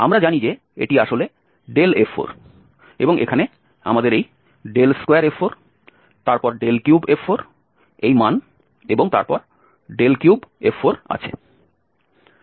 আমরা জানি যে এটি আসলে f4 এবং এখানে আমাদের এই 2f4 তারপর 3f4 এই মান এবং তারপর 3f4 আছে